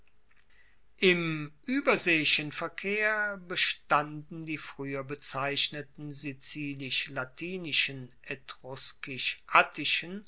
im ueberseeischen verkehr bestanden die frueher bezeichneten sizilisch latinischen